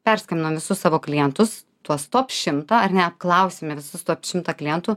perskambinom visus savo klientus tuos top šimtą ar ne apklausėme visus top šimtą klientų